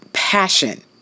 passion